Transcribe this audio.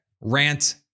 rant